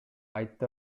айтты